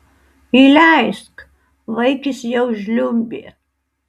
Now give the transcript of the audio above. įleisk vaikis jau žliumbė